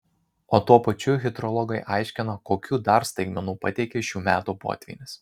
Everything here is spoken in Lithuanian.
o tuo pačiu hidrologai aiškina kokių dar staigmenų pateikė šių metų potvynis